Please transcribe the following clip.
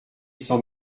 sans